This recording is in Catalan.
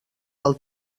del